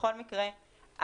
בכל מקרה,